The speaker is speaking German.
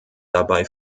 dabei